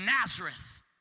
Nazareth